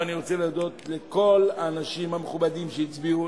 ואני רוצה להודות לכל האנשים המכובדים שהצביעו.